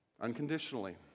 Unconditionally